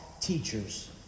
teachers